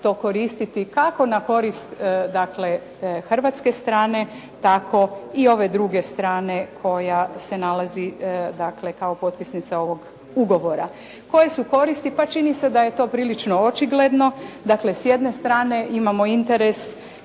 koristiti kako na korist dakle hrvatske strane tako i ove druge strane koja se nalazi dakle kao potpisnica ovog ugovora. Koje su koristi? Pa čini se da je to prilično očigledno. Dakle, s jedne strane imamo interes